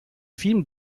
film